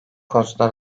konusunda